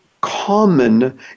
common